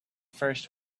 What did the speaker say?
first